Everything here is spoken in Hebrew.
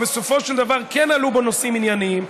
ובסופו של דבר כן עלו בו נושאים ענייניים,